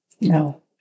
no